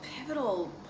pivotal